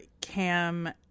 Cam